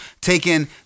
taking